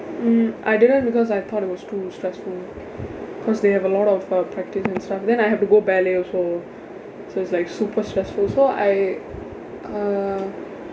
mm I didn't because I thought it was too stressful cause they have a lot of uh practice and stuff then I have to go ballet also so it's like super stressful so I uh